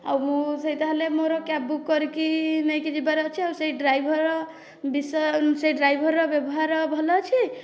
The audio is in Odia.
ଆଉ ସେଇ ତାହେଲେ ମୋର କ୍ୟାବ୍ ବୁକ୍ କରିକି ନେଇକି ଯିବାର ଅଛି ଆଉ ସେଇ ଡ୍ରାଇଭରର ବ୍ୟବହାର ଭଲ ଅଛି